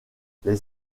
les